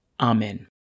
Amen